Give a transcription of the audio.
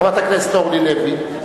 חברת הכנסת אורלי לוי,